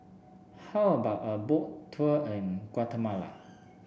how about a Boat Tour in Guatemala